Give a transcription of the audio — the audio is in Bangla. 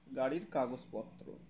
গাড়ির কাগজপত্র